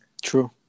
true